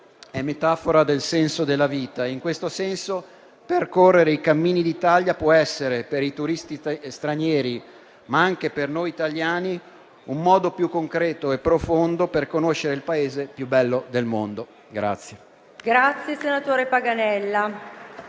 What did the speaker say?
è metafora del senso della vita e, in questo senso, percorrere i cammini d'Italia può essere, per i turisti stranieri, ma anche per noi italiani, un modo più concreto e profondo per conoscere il Paese più bello del mondo.